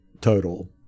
total